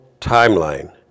timeline